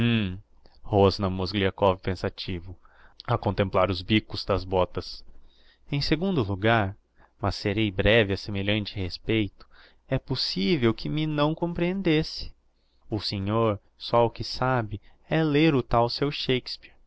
mozgliakov pensativo a contemplar os bicos das botas em segundo logar mas serei breve a semelhante respeito é possivel que me não comprehendesse o senhor só o que sabe é ler o tal seu